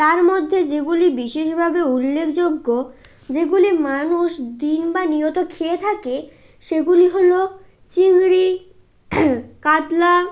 তার মধ্যে যেগুলি বিশেষভাবে উল্লেখযোগ্য যেগুলি মানুষ দিন বা নিয়ত খেয়ে থাকে সেগুলি হল চিংড়ি কাতলা